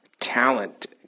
talent